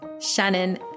Shannon